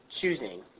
choosing